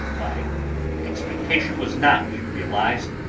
my expectation was not realised,